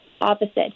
opposite